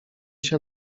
się